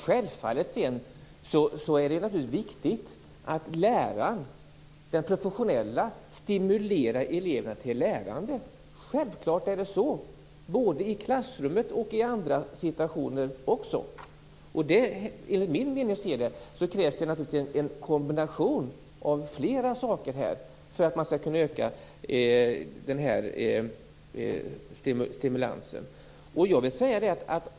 Självfallet är det också viktigt att den professionella läraren stimulerar eleverna till lärande - både i klassrummet och i andra situationer. Enligt min mening krävs det naturligtvis en kombination av flera saker för att man skall kunna öka stimulansen.